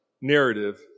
narrative